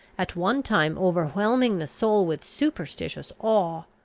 at one time overwhelming the soul with superstitious awe,